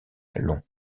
long